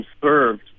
served